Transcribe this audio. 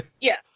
Yes